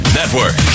Network